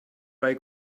bei